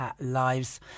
lives